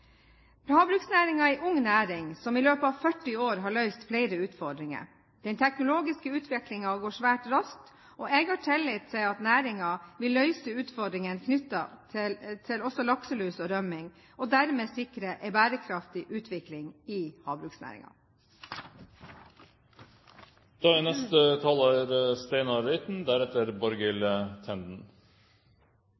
er en ung næring, som i løpet av 40 år har løst flere utfordringer. Den teknologiske utviklingen går svært raskt, og jeg har tillit til at næringen vil løse utfordringene knyttet til også lakselus og rømming og dermed sikre en bærekraftig utvikling i havbruksnæringen. Lakseoppdrett er